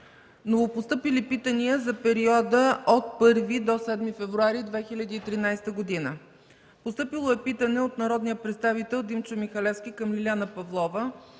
Новопостъпили питания за периода 1-7 февруари 2013 г. Постъпило е питане от: - народния представител Димчо Михалевски към Лиляна Павлова